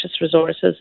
resources